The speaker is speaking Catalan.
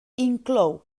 inclou